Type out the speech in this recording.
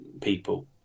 people